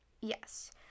Yes